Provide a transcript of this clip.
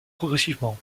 progressivement